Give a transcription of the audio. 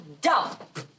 dump